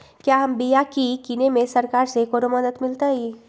क्या हम बिया की किने में सरकार से कोनो मदद मिलतई?